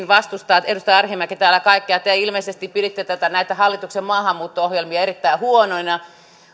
vastustaa täällä kaikkea ilmeisesti piditte näitä hallituksen maahanmuutto ohjelmia erittäin huonoina